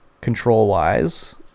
control-wise